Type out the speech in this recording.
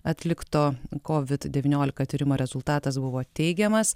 atlikto covid devyniolika tyrimo rezultatas buvo teigiamas